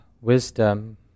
wisdom